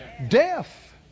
death